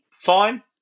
Fine